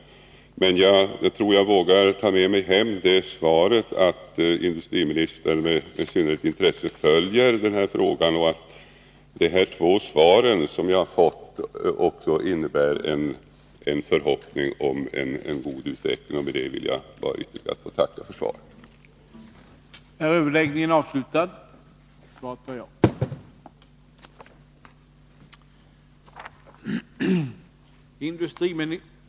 Jag tror att jag vågar ta med mig hem beskedet att industriministern med synnerligt intresse följer den här frågan och att de två svar som jag fått också innebär en förhoppning om en god utveckling. Med detta ber jag att få tacka för svaret. en bättre lönsamhet vid ASSI i Karlsborg